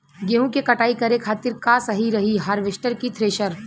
गेहूँ के कटाई करे खातिर का सही रही हार्वेस्टर की थ्रेशर?